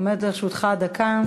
עומדת לרשותך דקה.